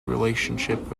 relationship